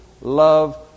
love